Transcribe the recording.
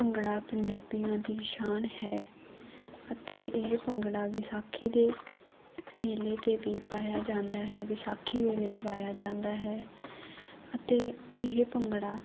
ਭੰਗੜਾ ਪੰਜਾਬੀਆਂ ਦੀ ਸ਼ਾਨ ਹੈ ਅਤੇ ਇਹ ਭੰਗੜਾ ਵਿਸਾਖੀ ਦੇ ਮੇਲੇ 'ਤੇ ਵੀ ਪਾਇਆ ਜਾਂਦਾ ਹੈ ਵਿਸਾਖੀ ਵੇਲੇ ਵੀ ਪਾਇਆ ਜਾਂਦਾ ਹੈ ਅਤੇ ਇਹ ਭੰਗੜਾ